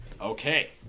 Okay